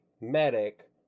medic